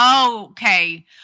okay